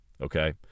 Okay